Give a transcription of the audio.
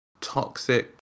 toxic